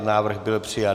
Návrh byl přijat.